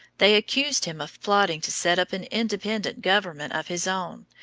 they accused him of plotting to set up an independent government of his own,